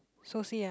associate